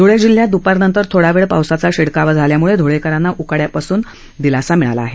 धुळे जिल्ह्यात दुपारनंतर थोडा वेळ पावसाचा शिडकावा झाल्याम्ळे ध्ळेकरांना उकाडयापासून थोडासा दिलासा मिळाला आहे